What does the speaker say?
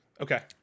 Okay